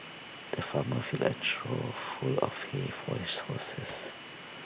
the farmer filled A trough full of hay for his horses